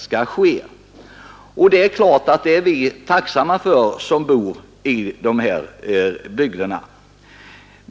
Vi som bor i berörda bygder är naturligtvis tacksamma för det.